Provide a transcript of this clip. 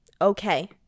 Okay